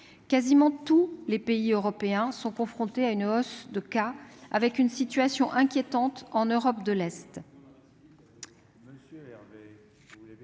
Quasiment tous les pays européens sont confrontés à une hausse du nombre des cas, la situation étant inquiétante en Europe de l'Est.